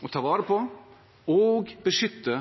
å ta vare på og beskytte